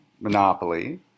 Monopoly